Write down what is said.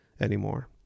anymore